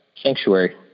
sanctuary